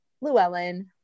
Llewellyn